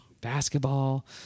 basketball